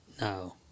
No